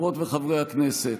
חברות וחברי הכנסת,